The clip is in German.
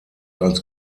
als